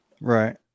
Right